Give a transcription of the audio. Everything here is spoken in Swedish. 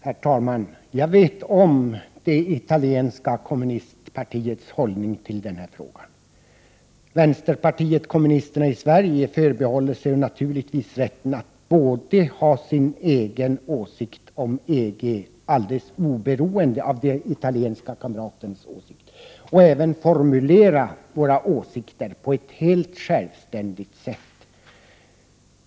Herr talman! Jag känner till det italienska kommunistiska partiets hållning i denna fråga, men vänsterpartiet kommunisterna i Sverige förbehåller sig naturligtvis rätten både att ha sin egen åsikt om EG oberoende av de italienska kamraternas åsikter och att helt självständigt formulera sina åsikter.